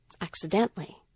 accidentally